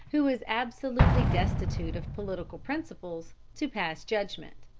who is absolutely destitute of political principles, to pass judgment.